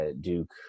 Duke